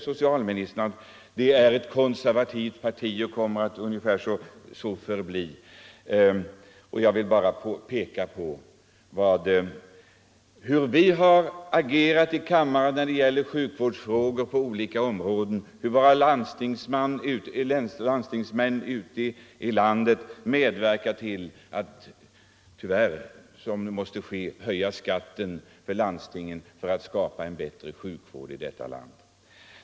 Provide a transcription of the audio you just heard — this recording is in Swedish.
Socialministern sade att det är ett konservativt parti och kommer att så förbli. Jag vill bara framhålla hur positivt vi har agerat i kammaren när det gäller sjukvårdsfrågor på olika områden, hur våra landstingsmän ute i landet medverkar till att — som nu tyvärr måste ske — höja skatten inom landstingen för att skapa en bättre sjukvård i landet.